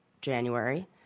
January